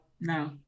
no